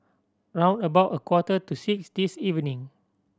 round about a quarter to six this evening